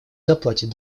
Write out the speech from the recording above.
заплатит